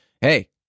hey